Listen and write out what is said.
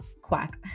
quack